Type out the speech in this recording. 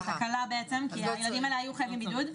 זה הקלה בהתאם כי הילדים האלה חייבים היו בידוד,